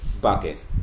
bucket